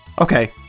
okay